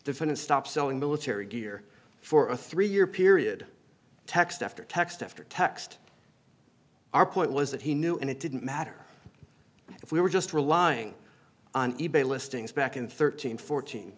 defendant stop selling military gear for a three year period text after text after text our point was that he knew and it didn't matter if we were just relying on e bay listings back in thirteen fourteen